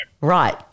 Right